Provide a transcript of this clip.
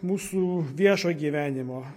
mūsų viešo gyvenimo